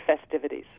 festivities